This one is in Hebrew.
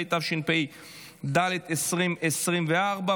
התשפ"ד 2024,